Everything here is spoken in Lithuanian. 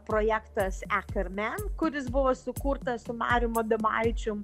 projektas e karmen kuris buvo sukurtas su marium adomaičiu